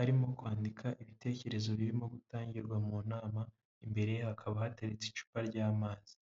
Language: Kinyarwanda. arimo kwandika ibitekerezo birimo gutangirwa mu nama, imbere hakaba hateretse icupa ry'amazi.